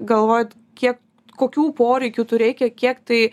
galvojat kiek kokių poreikių tų reikia kiek tai